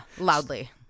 loudly